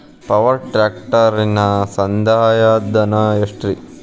Power track ಟ್ರ್ಯಾಕ್ಟರನ ಸಂದಾಯ ಧನ ಎಷ್ಟ್ ರಿ?